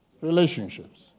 Relationships